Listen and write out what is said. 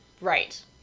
right